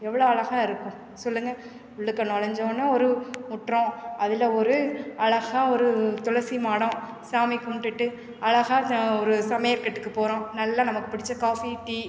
எவ்வளோ அழகாக இருக்கும் சொல்லுங்கள் உள்ளுக்க நுழஞ்ச உடனே ஒரு முற்றம் அதில் ஒரு அழகாக ஒரு துளசி மாடம் சாமி கும்பிடுட்டு அழகா ஒரு சமையக்கட்டுக்கு போகிறோம் நல்ல நமக்கு பிடித்த காஃபி டீ